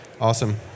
Awesome